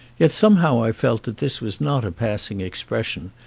yet some how i felt that this was not a passing expression,